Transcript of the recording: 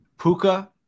Puka